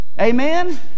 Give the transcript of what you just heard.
Amen